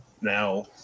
now